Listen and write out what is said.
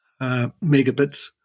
megabits